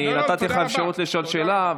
אני נתתי לך אפשרות לשאול שאלה,